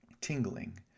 tingling